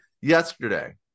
yesterday